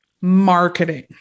marketing